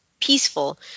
Peaceful